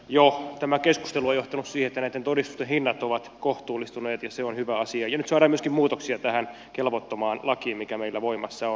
jo tämä keskustelu on johtanut siihen että näitten todistusten hinnat ovat kohtuullistuneet ja se on hyvä asia ja nyt saadaan myöskin muutoksia tähän kelvottomaan lakiin mikä meillä voimassa on